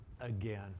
again